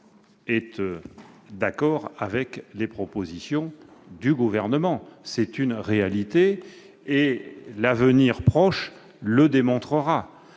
est d'accord avec les propositions du Gouvernement. C'est une réalité, l'avenir proche le démontrera.